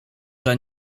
dla